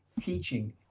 teaching